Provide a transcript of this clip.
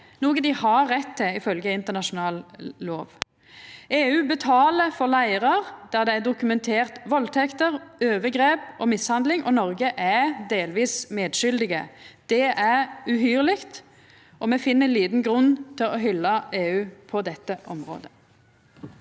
noko dei har rett til, ifølgje internasjonal lov. EU betaler for leirar der det er dokumentert valdtekter, overgrep og mishandling, og Noreg er delvis medskuldig. Det er uhyrleg, og me finn liten grunn til å hylla EU på dette området.